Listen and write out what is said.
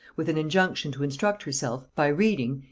with an injunction to instruct herself, by reading,